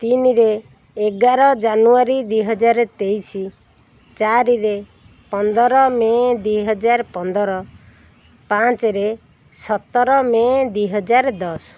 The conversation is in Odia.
ତିନିରେ ଏଗାର ଜାନୁଆରୀ ଦୁଇହଜାର ତେଇଶ ଚାରିରେ ପନ୍ଦର ମେ ଦୁଇହଜାର ପନ୍ଦର ପାଞ୍ଚରେ ସତର ମେ ଦୁଇହଜାର ଦଶ